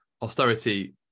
austerity